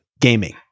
gaming